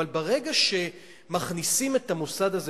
אבל ברגע שמכניסים את המוסד הזה,